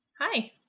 Hi